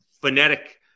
phonetic